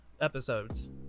episodes